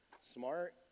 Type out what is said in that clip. smart